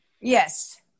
Yes